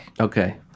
Okay